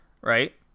right